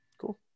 Cool